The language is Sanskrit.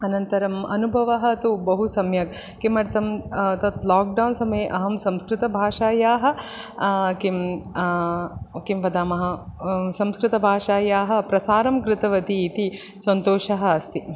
अनन्तरं अनुभवः तु बहु सम्यक् किमर्थं तत् लाक्डौन् समये अहं संस्कृतभाषायाः किं किं वदामः संस्कृतभाषायाः प्रसारं कृतवती इति सन्तोषः अस्ति